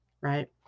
right